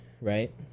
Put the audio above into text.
right